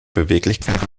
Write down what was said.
beweglichkeit